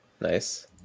Nice